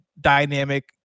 dynamic